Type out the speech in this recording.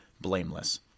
blameless